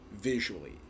visually